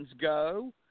go